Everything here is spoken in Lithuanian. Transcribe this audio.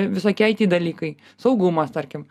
visokie it dalykai saugumas tarkim